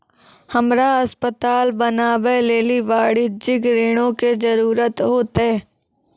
हमरा अस्पताल बनाबै लेली वाणिज्यिक ऋणो के जरूरत होतै